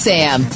Sam